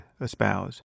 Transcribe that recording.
espouse